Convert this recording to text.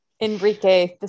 Enrique